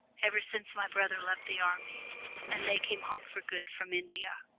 ever since my brother left the army and they came home for good from india.